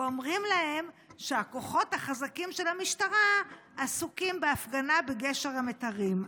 ואומרים להם שהכוחות החזקים של המשטרה עסוקים בהפגנה בגשר המיתרים.